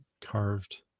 carved